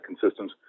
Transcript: consistent